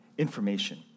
information